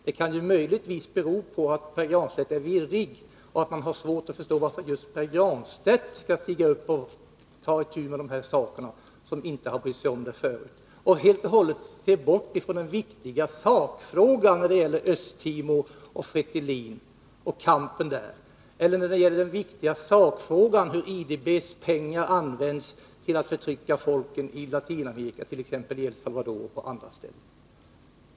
Det kan möjligtvis bero på att Pär Granstedt är virrig och att man har svårt att förstå varför just Pär Granstedt skall stiga upp och ta itu med de här sakerna, när han inte har brytt sig om dem förut. Han bortser helt från den viktiga sakfrågan om Östtimor, Fretilin och kampen i detta område — eller den viktiga sakfrågan hur IDB:s pengar används till att förtrycka folken i Latinamerika, i El Salvador och på andra ställen.